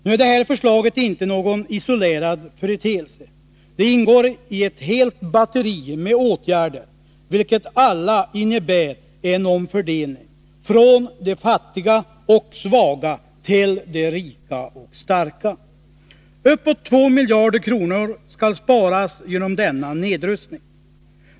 Nu är det här förslaget inte någon isolerad företeelse. Det ingår i ett helt batteri med åtgärder, vilka alla innebär en omfördelning från de fattiga och svaga till de rika och starka. Uppåt 2 miljarder kronor skall sparas genom denna nedrustning.